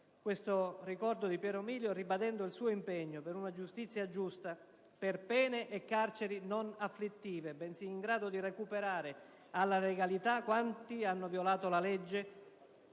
questo ricordo di Piero Milio ribadendo il suo impegno per una giustizia giusta, per pene e carceri non afflittive, bensì in grado di recuperare alla legalità quanti hanno violato la legge,